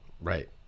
Right